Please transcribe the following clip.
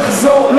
לחזור,